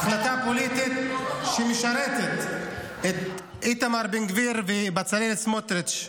החלטה פוליטית שמשרתת את איתמר בן גביר ובצלאל סמוטריץ'.